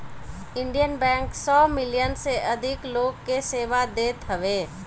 Indian bank सौ million से अधिक लोग के सेवा देत हवे